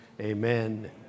Amen